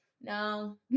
No